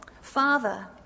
Father